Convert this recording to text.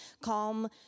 calm